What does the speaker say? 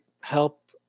help